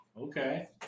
okay